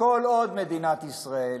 כל עוד מדינת ישראל,